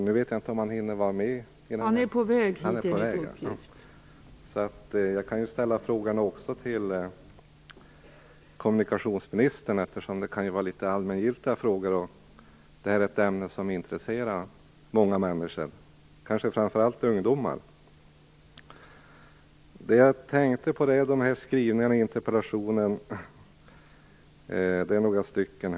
I väntan på att Per Unckel kommer till kammaren kan jag kanske ställa några frågor till kommunikationsministern. En del av frågorna är litet allmängiltiga. Dessutom är det här ett ämne som intresserar många, kanske framför allt ungdomar. Det är några skrivningar i interpellationen som jag tänkte ta upp.